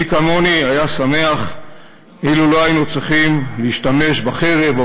מי כמוני היה שמח אילו לא היינו צריכים להשתמש בחרב או